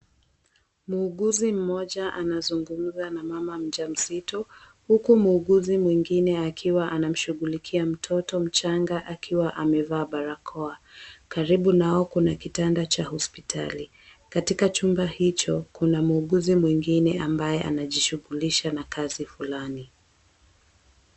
Muuguzi mmoja anazungumza na mama mjamzito huku muuguzi mwingine akiwa anamshughulikia mtoto mchanga akiwa amevaa barakoa. Karibu nao kuna kitanda cha hospitali. Katika chumba hicho kuna muuguzi mwingine ambaye anajishughulisha na kazi fulani.